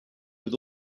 with